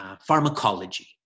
pharmacology